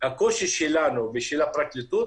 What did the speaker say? הקושי שלנו ושל הפרקליטות,